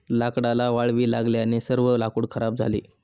लाकडाला वाळवी लागल्याने सर्व लाकूड खराब झाले